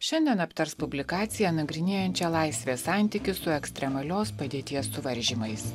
šiandien aptars publikaciją nagrinėjančią laisvės santykį su ekstremalios padėties suvaržymais